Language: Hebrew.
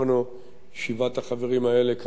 שבעת החברים האלה כאן בירושלים,